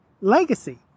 legacy